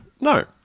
No